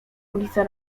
ulica